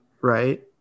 right